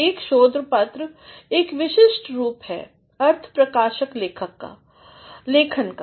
एक शोध पत्र एक विशिष्ट रूप है अर्थप्रकाशक लेखन का